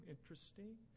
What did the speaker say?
interesting